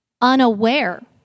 unaware